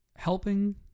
helping